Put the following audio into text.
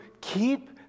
keep